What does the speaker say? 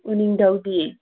ꯎꯅꯤꯡꯗꯧꯗꯤ